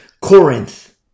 Corinth